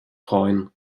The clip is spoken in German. freuen